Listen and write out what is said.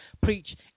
preach